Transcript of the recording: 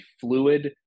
fluid